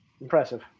Impressive